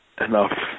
enough